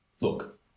Look